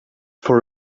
for